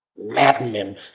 Madmen